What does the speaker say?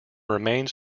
remains